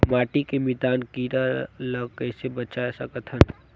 माटी के मितान कीरा ल कइसे बचाय सकत हन?